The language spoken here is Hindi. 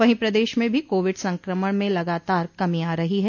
वहीं प्रदेश में भी कोविड संक्रमण में लगातार कमी आ रही है